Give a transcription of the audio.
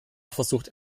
versucht